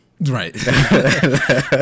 right